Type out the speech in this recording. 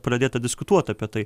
pradėta diskutuot apie tai